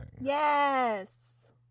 Yes